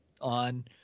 on